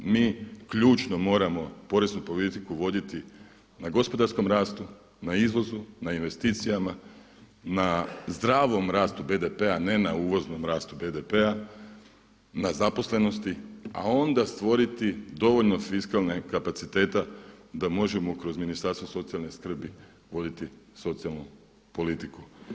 Mi ključno moramo poreznu politiku voditi na gospodarskom rastu, na izvozu, na investicijama, na zdravom rastu BDP-a, ne na uvoznom rastu BDP-a, na zaposlenosti, a onda stvoriti dovoljno fiskalnih kapaciteta da možemo kroz Ministarstvo socijalne skrbi voditi socijalnu politiku.